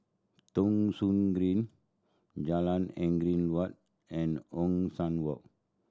Thong Soon Green Jalan Angin Waut and Ong San Walk